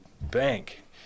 bank